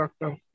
Doctor